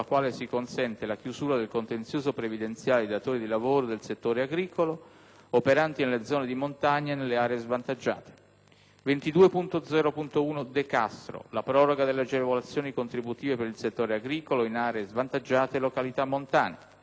22.0.1, che contiene la proroga delle agevolazioni contributive per il settore agricolo in aree svantaggiate e località montane; 24.1, che propone la soppressione, per ragioni di sicurezza, della proroga dell'entrata in vigore delle norme sulla limitazione alla guida per i neopatentati;